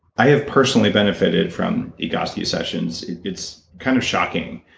i have personally benefited from egoscue sessions. it's kind of shocking.